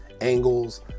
angles